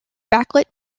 backlit